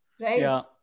Right